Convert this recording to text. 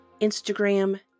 Instagram